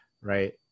right